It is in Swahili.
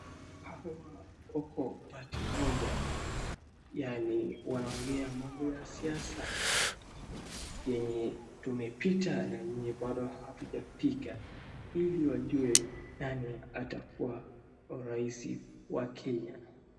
Hawa wako party moja yaani wanaongea mambo ya siasa yenye tumepita yenye bado hatujapiga ili wajue nani atakuwa rais wa Kenya.